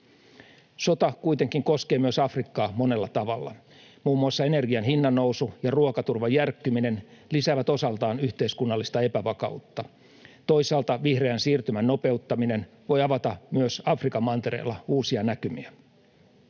Sota kuitenkin koskee myös Afrikkaa monella tavalla. Muun muassa energian hinnannousu ja ruokaturvan järkkyminen lisäävät osaltaan yhteiskunnallista epävakautta. Toisaalta vihreän siirtymän nopeuttaminen voi avata myös Afrikan mantereella uusia näkymiä.